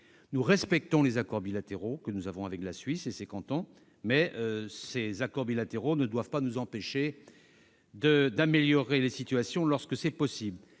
Nous respectons les accords bilatéraux qui nous lient avec la Suisse et ses cantons, mais ces accords ne doivent pas nous empêcher d'améliorer les situations auxquelles nous